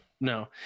no